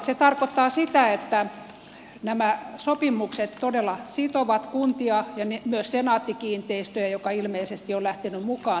se tarkoittaa sitä että nämä sopimukset todella sitovat kuntia ja myös senaatti kiinteistöjä joka ilmeisesti on lähtenyt mukaan tähän peliin